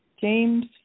James